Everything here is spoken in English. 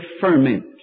ferment